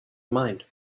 mind